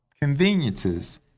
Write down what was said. conveniences